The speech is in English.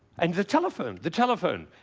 and the telephone. the telephone.